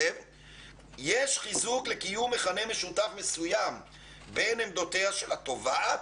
יש חיזוק לקיום מכנה משותף מסוים בין עמדותיה של התובעת",